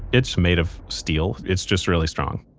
it's made of steel. it's just really strong,